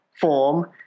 form